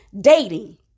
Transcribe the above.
dating